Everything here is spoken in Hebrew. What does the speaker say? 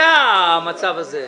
רצית לומר תודה לגבי המחצבה.